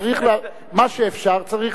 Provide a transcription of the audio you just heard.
מה שאפשר צריך,